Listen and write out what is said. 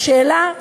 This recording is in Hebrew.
והשאלה היא,